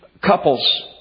couples